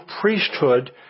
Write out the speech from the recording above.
priesthood